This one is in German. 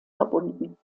verbunden